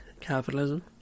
Capitalism